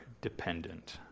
dependent